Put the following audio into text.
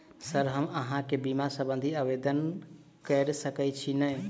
Sir हम अहाँ केँ बीमा संबधी आवेदन कैर सकै छी नै?